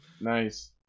nice